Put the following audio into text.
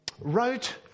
wrote